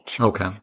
Okay